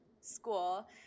school